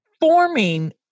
forming